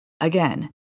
again